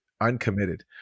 uncommitted